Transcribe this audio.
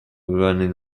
running